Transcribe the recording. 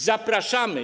Zapraszamy.